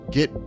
Get